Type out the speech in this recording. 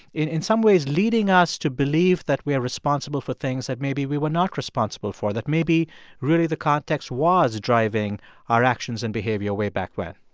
in in some ways leading us to believe that we are responsible for things that maybe we were not responsible for, that maybe really the context was driving our actions and behavior way back when?